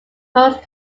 post